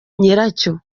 nyiracyo